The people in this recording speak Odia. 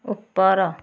ଉପର